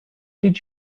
did